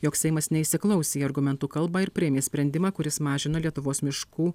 jog seimas neįsiklausė į argumentų kalbą ir priėmė sprendimą kuris mažina lietuvos miškų